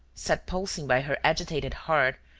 set pulsing by her agitated heart,